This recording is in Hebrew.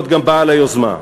להיות גם בעל היוזמה.